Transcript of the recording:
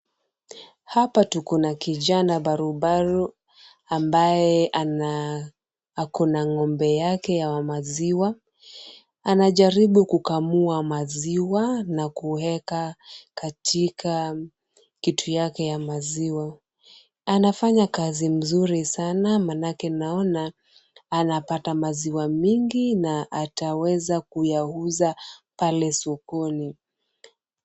Hapa tuko na kijana barubaru ambaye ana ako na ng'ombe yake ya maziwa, anajaribu kukamua maziwa na kuweka katika kitu yake ya maziwa, anafanya kazi mzuri sana maanake naona anapata maziwa mingi na ataweza kuyauza pale sokoni.